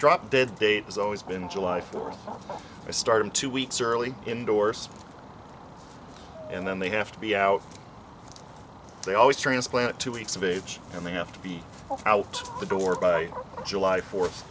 drop dead date has always been july fourth i started two weeks early in dorset and then they have to be out they always transplant two weeks of age and they have to be out the door by july fourth